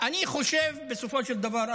אני חושב שבסופו של דבר,